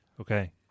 Okay